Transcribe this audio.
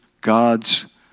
God's